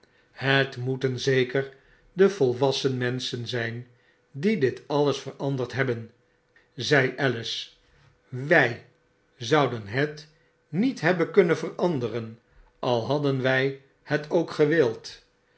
het moeten zeker de volwassen menschen zyn die dit alles veranderd hebben zei alice wij zouden het niet hebben kunnen veranderen al hadden wij het ook gewild